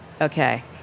Okay